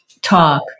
talk